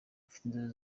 bafite